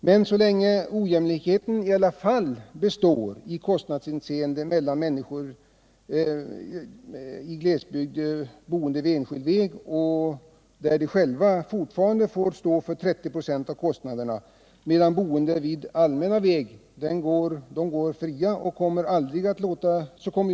Men så länge ojämlikheten i kostnadshänseende består mellan människor i glesbygd vilka bor vid enskild väg, där de själva fortfarande får står för 30 96 av kostnaderna, och boende vid allmän väg som går fria, kommer jag aldrig att låta mig nöja.